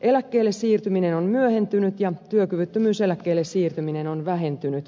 eläkkeelle siirtyminen on myöhentynyt ja työkyvyttömyyseläkkeelle siirtyminen on vähentynyt